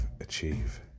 achieve